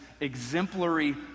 exemplary